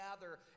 gather